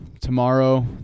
tomorrow